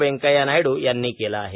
व्यंकय्या नायड् यांनी केलं आहे